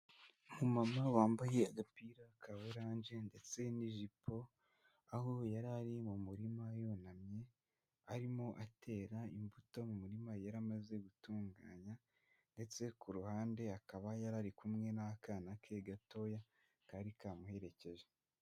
Umumama wambaye agapira ka orange ndetse n'ijipo, aho yari ari mu murima yunamye arimo atera imbuto mu murima yari amaze gutunganya ndetse ku ruhande akaba yari ari kumwe n'akana ke gatoya kari kamuherekeje.